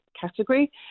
category